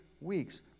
weeks